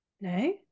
No